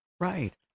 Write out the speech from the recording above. Right